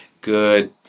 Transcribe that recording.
good